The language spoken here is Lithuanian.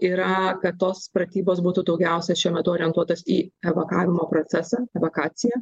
yra kad tos pratybos būtų daugiausia šiuo metu orientuotos į evakavimo procesą evakuacija